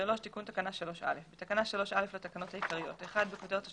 תיקון תקנה 3א בתקנה 3א לתקנות העיקריות: בכותרת השוליים,